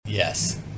Yes